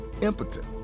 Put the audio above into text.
impotent